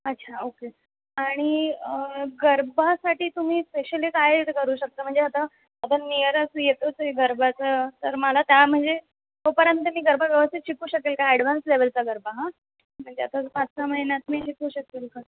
अच्छा ओके आणि गरबासाठी तुम्ही स्पेशली गाईड करू शकता म्हणजे आता आता नीयरच येतोच आहे गरबा तर तर मला त्या म्हणजे तोपर्यंत मी गरबा व्यवस्थित शिकू शकेल का ॲडवान्स लेवलचा गरबा म्हणजे आता पाच सहा महिन्यात मी शिकू शकेल का